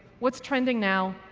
what's trending now,